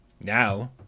now